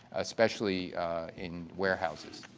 especially in warehouses.